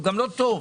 הוא גם לא טוב,